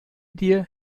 dir